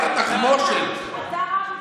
מי זה הרב?